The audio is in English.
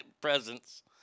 presents